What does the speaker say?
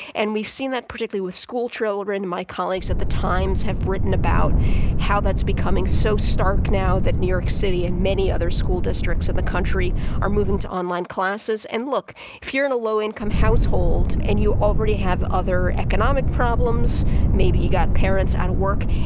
and we've seen that particularly with schoolchildren. my colleagues at the times have written about how that's becoming so stark now that new york city and many other school districts in the country are moving to online classes. and look if you're in a low-income household and you already have other economic problems maybe you got parents out of work,